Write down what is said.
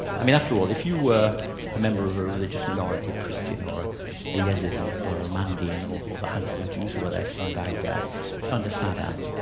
i mean after all, if you were a member of a religious minority, a christian or a yazidi or a mandean or or the handful of jews who were left in baghdad under saddam,